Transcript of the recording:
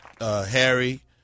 Harry